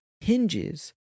hinges